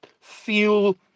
feel